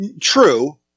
True